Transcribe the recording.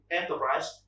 enterprise